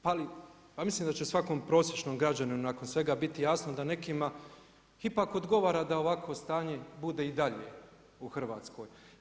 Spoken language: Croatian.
Pa mislim da će svakom prosječnom građaninu nakon svega biti jasno da nekima ipak odgovara da ovakvo stanje bude i dalje u Hrvatskoj.